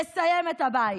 לסיים את הבית,